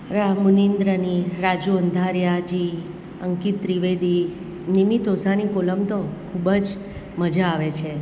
રાહુ નીંદ્રની રાજૂ અંધારીયાજી અંકિત ત્રિવેદી નિર્મિત ઓઝાની કોલમ તો ખૂબ જ મજા આવે છે